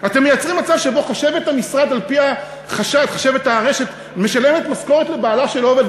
אתם מייצרים מצב שבו חשבת הרשת משלמת משכורת לבעלה שלא עובד,